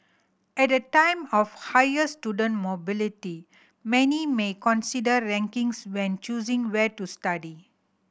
at a time of higher student mobility many may consider rankings when choosing where to study